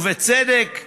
בצדק.